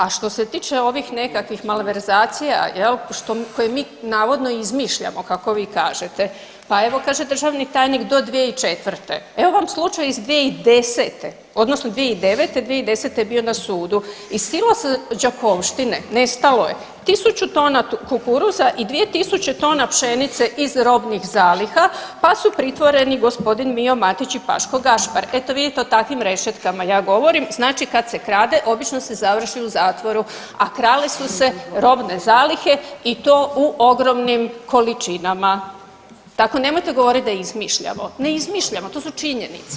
A što se tiče ovih nekakvih malverzacija jel koje mi navodno izmišljamo kako vi kažete, pa evo kaže državni tajnik do 2004., evo vam slučaj iz 2010. odnosno 2009., 2010. je bio na sudu, iz silosa Đakovštine nestalo je 1000 tona kukuruza i 2000 tona pšenice iz robnih zaliha, pa su pritvoreni g. Mijo Matić i Paško Gašpar, eto vidite o takvim rešetkama ja govorim, znači kad se krade obično se završi u zatvoru, a krale su se robne zalihe i to u ogromnim količinama, tako nemojte govoriti da izmišljamo, ne izmišljamo, to su činjenice.